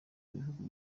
bihugu